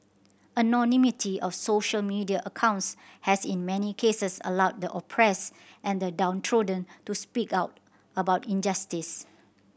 anonymity of social media accounts has in many cases allowed the oppressed and the downtrodden to speak out about injustice